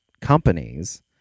companies